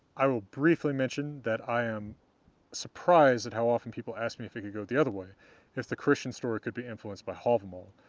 i will briefly mention that i am surprised at how often people ask me if it could go the other way if the christian story could be influenced by havamal,